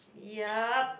yup